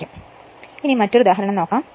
അടുത്തത് മറ്റൊരു ഉദാഹരണമാണ്